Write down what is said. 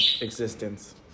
existence